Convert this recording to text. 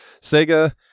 Sega